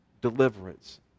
deliverance